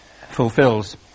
fulfills